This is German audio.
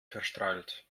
verstrahlt